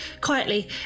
quietly